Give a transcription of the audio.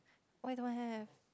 why you don't want have